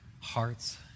hearts